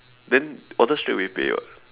then order straight away pay [what]